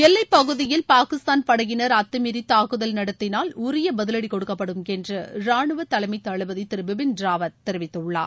எல்லைப்பகுதியில் பாகிஸ்தான் படையினர் அத்தமீறி தாக்குதல் நடத்தினால் உரிய பதிவடி கொடுக்கப்படும் என்று ராணுவ தலைமைத்தளபதி திரு பிபின் ராவத் தெரிவித்துள்ளார்